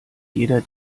jeder